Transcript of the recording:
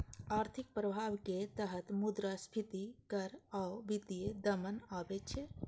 आर्थिक प्रभाव के तहत मुद्रास्फीति कर आ वित्तीय दमन आबै छै